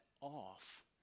off